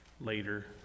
later